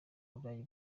burayi